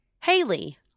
Haley